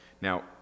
Now